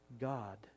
God